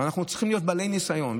ואנחנו צריכים להיות בעלי ניסיון.